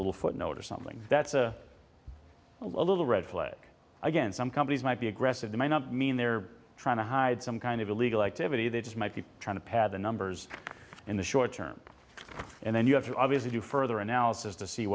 little footnote or something that's a little red flag again some companies might be aggressive to may not mean they're trying to hide some kind of illegal activity they just might be trying to pad the numbers in the short term and then you have to obviously do further analysis